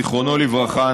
זיכרונו לברכה,